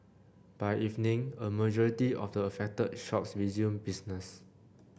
by evening a majority of the affected shops resumed business